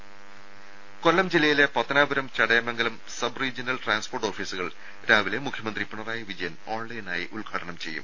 ദേദ കൊല്ലം ജില്ലയിലെ Pathanapuram Chadayamangalam sub regional transport ഓഫീസുകൾ രാവിലെ മുഖ്യമന്ത്രി പിണറായി വിജയൻ ഓൺലൈനായി ഉദ്ഘാടനം ചെയ്യും